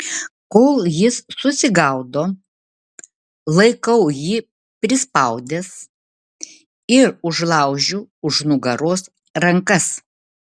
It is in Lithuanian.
kol jis susigaudo laikau jį prispaudęs ir užlaužiu už nugaros rankas